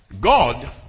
God